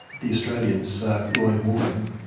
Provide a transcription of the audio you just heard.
the australian's roy morgan,